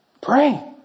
Pray